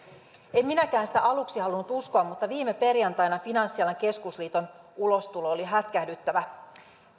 en minäkään sitä aluksi halunnut uskoa mutta viime perjantaina finanssialan keskusliiton ulostulo oli hätkähdyttävä